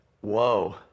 whoa